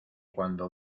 cuando